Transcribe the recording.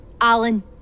Alan